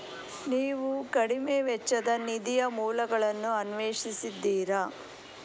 ನೀವು ಕಡಿಮೆ ವೆಚ್ಚದ ನಿಧಿಯ ಮೂಲಗಳನ್ನು ಅನ್ವೇಷಿಸಿದ್ದೀರಾ?